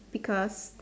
because